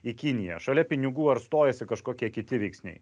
į kiniją šalia pinigų ar stojasi kažkokie kiti veiksniai